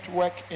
work